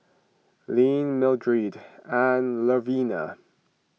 Leeann Mildred and Louvenia